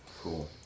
Cool